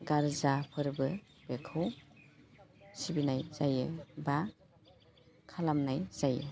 गार्जा फोर्बो बेखौ सिबिनाय जायो बा खालामनाय जायो